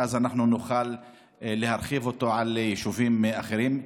ואז אנחנו נוכל להרחיב אותו ליישובים אחרים.